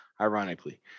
ironically